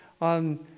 On